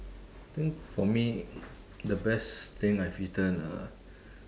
think for me the best thing I've eaten uh